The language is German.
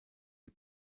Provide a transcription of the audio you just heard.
die